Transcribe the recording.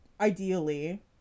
ideally